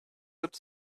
that